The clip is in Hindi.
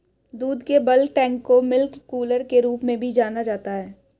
दूध के बल्क टैंक को मिल्क कूलर के रूप में भी जाना जाता है